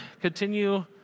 continue